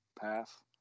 path